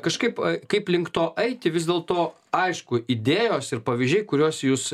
kažkaip kaip link to eiti vis dėl to aišku idėjos ir pavyzdžiai kuriuos jūs